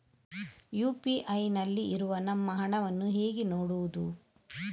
UPI ನಲ್ಲಿ ಇರುವ ನಮ್ಮ ಹಣವನ್ನು ಹೇಗೆ ನೋಡುವುದು?